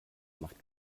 macht